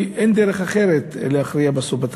כי אין דרך אחרת להכריע בסוף בתקציב.